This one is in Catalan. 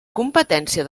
competència